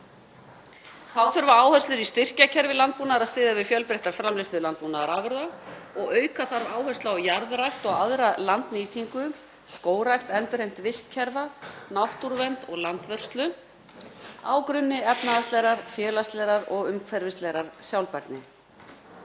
Þá þurfa áherslur í styrkjakerfi landbúnaðar að styðja við fjölbreytta framleiðslu landbúnaðarafurða og auka þarf áherslu á jarðrækt og aðra landnýtingu, skógrækt, endurheimt vistkerfa, náttúruvernd og landvörslu á grunni efnahagslegrar, félagslegrar og umhverfislegrar sjálfbærni.